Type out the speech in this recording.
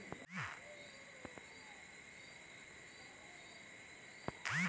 बड़ी विदेशी कंपनी का निर्णयों में वोटिंग का अधिकार हमारे नियंत्रण को कमजोर करेगा